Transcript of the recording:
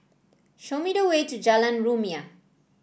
show me the way to Jalan Rumia